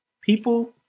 people